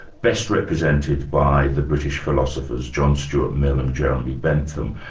best represented by the british philosophers, john stuart mill and jeremy bentham.